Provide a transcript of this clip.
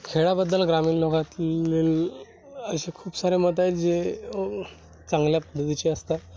खेळाबद्दल ग्रामीण लोकात लेल असे खूप सारे मत आहेत जे चांगल्या पद्धतीचे असतात